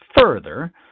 Further